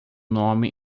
nome